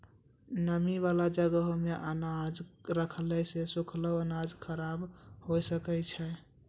नमी बाला जगहो मे अनाज रखला से सुखलो अनाज खराब हुए सकै छै